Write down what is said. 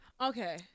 Okay